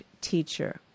teacher